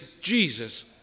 Jesus